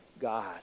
God